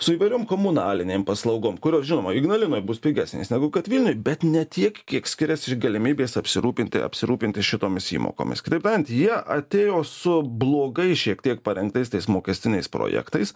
su įvairiom komunalinėm paslaugom kurios žinoma ignalinoj bus pigesnės negu kad vilniuj bet ne tiek kiek skiriasi ir galimybės apsirūpinti apsirūpinti šitomis įmokomis kitaip tariant jie atėjo su blogai šiek tiek parengtais tais mokestiniais projektais